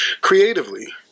Creatively